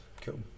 Cool